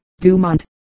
Dumont